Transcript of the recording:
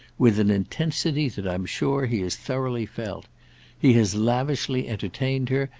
with an intensity that i'm sure he has thoroughly felt he has lavishly entertained her,